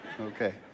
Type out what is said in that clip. Okay